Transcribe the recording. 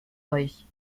euch